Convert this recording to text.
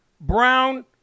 brown